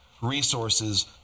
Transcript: resources